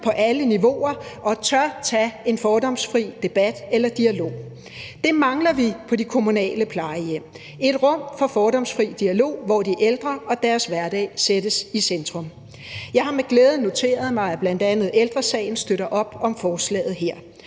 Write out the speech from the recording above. på alle niveauer og tør tage en fordomsfri debat eller dialog. Det mangler vi på de kommunale plejehjem: et rum for fordomsfri dialog, hvor de ældre og deres hverdag sættes i centrum. Jeg har med glæde noteret mig, at bl.a. Ældre Sagen støtter op om forslaget her,